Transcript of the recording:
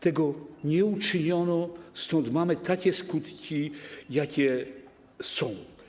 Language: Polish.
Tego nie uczyniono, stąd mamy takie skutki, jakie są.